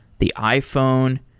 the iphone.